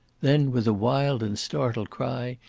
then, with a wild and startled cry,